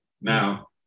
Now